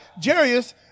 Jarius